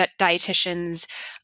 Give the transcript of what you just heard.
dietitians